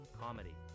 Comedy